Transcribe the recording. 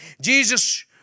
Jesus